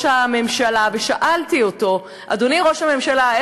הממשלה ושאלתי אותו: אדוני ראש הממשלה,